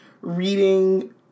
reading